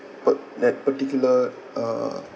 pa~ that particular uh